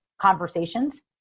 conversations